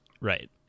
Right